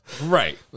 right